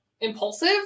impulsive